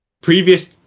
previous